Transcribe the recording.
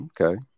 Okay